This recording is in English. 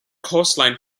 coastline